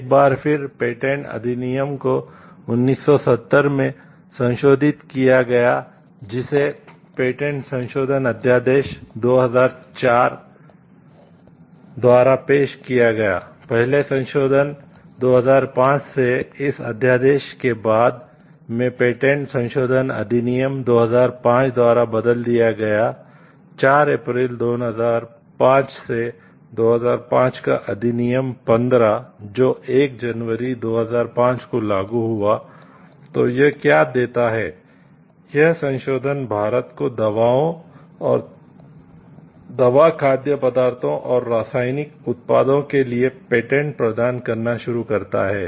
एक बार फिर पेटेंट प्रदान करना शुरू करता है